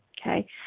Okay